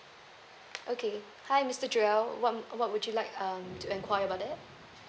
okay hi mister joel what mm what would you like um do enquiry about that